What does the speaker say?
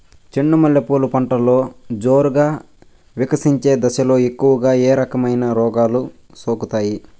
చెండు మల్లె పూలు పంటలో జోరుగా వికసించే దశలో ఎక్కువగా ఏ రకమైన రోగాలు సోకుతాయి?